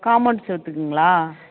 compound சுவுத்துக்குங்களா